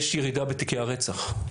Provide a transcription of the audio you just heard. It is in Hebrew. יש ירידה בתיקי הרצח,